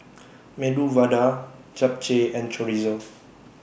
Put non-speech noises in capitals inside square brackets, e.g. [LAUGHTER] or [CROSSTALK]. [NOISE] Medu Vada Japchae and Chorizo